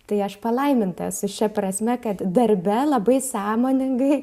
tai aš palaiminta esu šia prasme kad darbe labai sąmoningai